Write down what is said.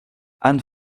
anne